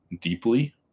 deeply